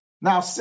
Now